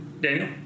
Daniel